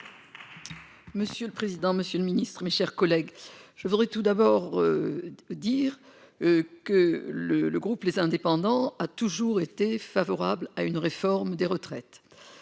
Monsieur le président, Monsieur le Ministre, mes chers collègues, je voudrais tout d'abord dire que le le groupe les indépendants a toujours été favorable à une réforme des retraites,